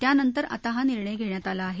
त्यानंतर आता हा निर्णय घेण्यात आला आहे